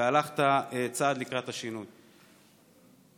והלכת צעד לקראת השינוי.